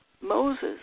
Moses